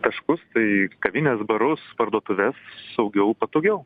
taškus tai kavines barus parduotuves saugiau patogiau